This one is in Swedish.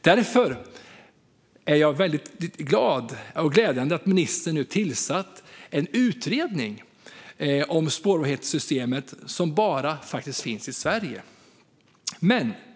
Därför är det väldigt glädjande att ministern nu tillsatt en utredning om spårbarhetssystemet, som faktiskt bara finns i Sverige.